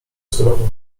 surowo